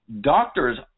Doctors